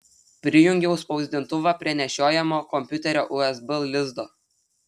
prijungiau spausdintuvą prie nešiojamo kompiuterio usb lizdo